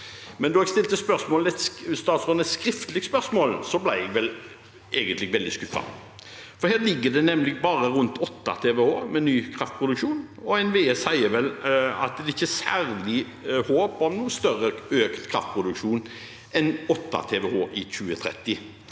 Men da jeg stilte statsråden et skriftlig spørsmål, ble jeg veldig skuffet. Her ligger det nemlig bare rundt 8 TWh med ny kraftproduksjon, og NVE sier at det ikke er særlig håp om noen større økt kraftproduksjon enn 8 TWh i 2030.